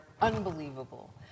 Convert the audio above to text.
unbelievable